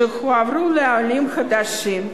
שהועברו לעולים חדשים,